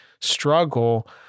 struggle